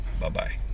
Bye-bye